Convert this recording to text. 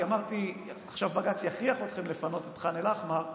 כי אמרתי: עכשיו בג"ץ יכריח אתכם לפנות את ח'אן אל-אחמר.